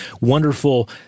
wonderful